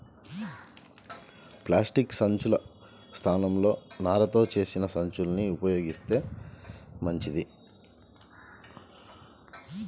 plastic సంచుల స్థానంలో నారతో చేసిన సంచుల్ని ఉపయోగిత్తే మంచిది